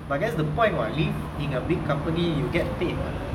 but that's the point what leave in a big company you get paid what